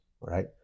right